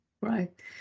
Right